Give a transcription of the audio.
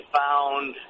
found